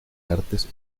artes